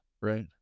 Right